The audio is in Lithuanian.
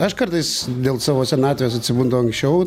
aš kartais dėl savo senatvės atsibundu anksčiau